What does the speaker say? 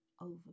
over